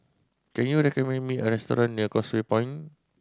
can you recommend me a restaurant near Causeway Point